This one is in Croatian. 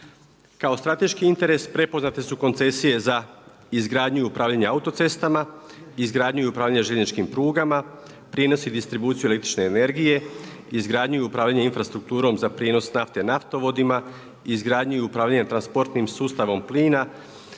Kao strateški interes prepoznate su koncesije za izgradnju i upravljanje autocestama, izgradnju i upravljanje željezničkim prugama, prijenos i distribuciju električne energije, izgradnju i upravljanje infrastrukturom za prijenos naftne naftovodima, izgradnju i upravljanje transportnim sustavom plina